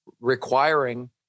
requiring